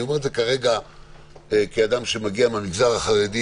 ואני אומר את זה כרגע כאדם שמגיע מהמגזר החרדי